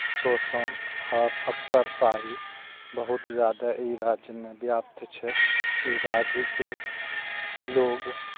शोषण आओर अफसर शाही बहुत जादा ई राज्यमे व्याप्त छै ई राज्यके लोग